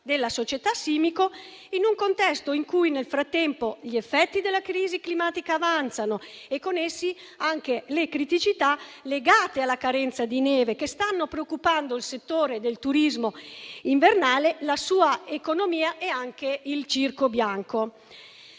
della società Simico, in un contesto in cui nel frattempo gli effetti della crisi climatica avanzano e con essi anche le criticità legate alla carenza di neve, che stanno preoccupando il settore del turismo invernale, la sua economia e anche il circo bianco.